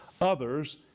others